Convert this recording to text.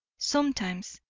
sometimes,